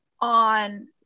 on